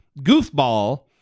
goofball